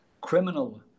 criminal